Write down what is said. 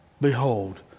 Behold